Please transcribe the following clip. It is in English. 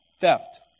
theft